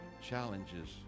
challenges